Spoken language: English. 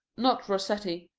not rossetti,